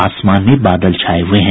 आसमान में बादल छाये हुये हैं